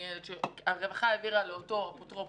הרווחה העבירה לאותו אפוטרופוס,